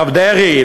הרב דרעי,